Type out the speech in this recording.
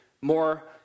more